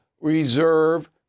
reserve